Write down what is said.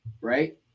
Right